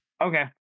Okay